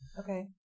Okay